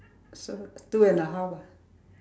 so two and a half lah